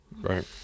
Right